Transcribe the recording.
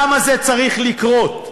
למה זה צריך לקרות?